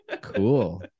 cool